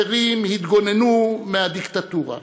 אחרים התגוננו מהדיקטטורה.